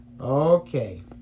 Okay